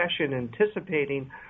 anticipating